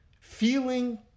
feeling